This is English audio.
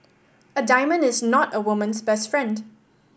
a diamond is not a woman's best friend